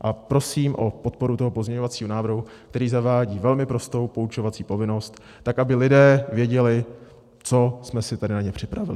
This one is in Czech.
A prosím o podporu toho pozměňovacího návrhu, který zavádí velmi prostou poučovací povinnost tak, aby lidé věděli, co jsme si tady na ně připravili.